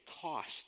cost